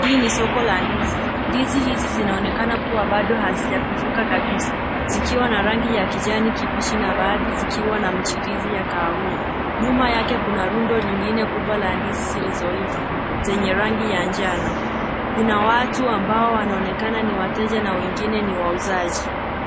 Hii ni soko la ndizi. Ndizi hizi kuwa bado hazijapifuka kabisa, zikiwa na rangi ya kijani kibichi na baadhi zikiwa na mchirizi ya kahawia. Nyuma yake kuna rundo lingine kubwa la ndizi zilizoiva zenye rangi ya njano. Kuna watu amabo wanaonekana ni wateja, na wengine ni wauzaji.